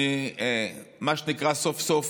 מה שנקרא, סוף-סוף